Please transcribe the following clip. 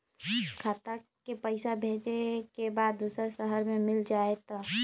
खाता के पईसा भेजेए के बा दुसर शहर में मिल जाए त?